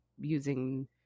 using